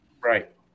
Right